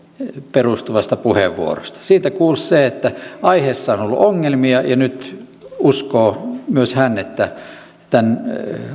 perustuvasta puheenvuorosta siitä kuulsi se että aiheessa on ollut ongelmia ja nyt uskoo myös hän että tämän